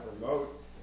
remote